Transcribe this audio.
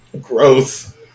gross